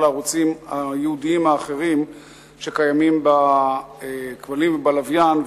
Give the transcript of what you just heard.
לערוצים הייעודיים האחרים שקיימים בכבלים ובלוויין,